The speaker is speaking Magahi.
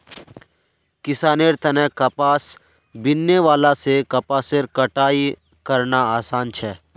किसानेर तने कपास बीनने वाला से कपासेर कटाई करना आसान छे